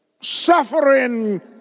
suffering